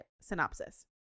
synopsis